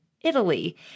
Italy